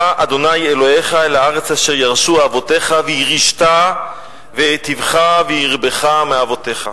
ה' אלוהיך אל הארץ אשר ירשו אבותיך וירישתה והיטיבך והרבך מאבותיך.